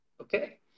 Okay